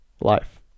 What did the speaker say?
life